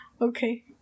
Okay